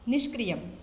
निष्क्रियम्